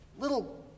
little